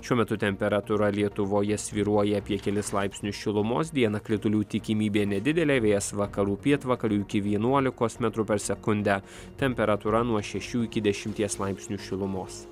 šiuo metu temperatūra lietuvoje svyruoja apie kelis laipsnius šilumos dieną kritulių tikimybė nedidelė vėjas vakarų pietvakarių iki vienuolikos metrų per sekundę temperatūra nuo šešių iki dešimties laipsnių šilumos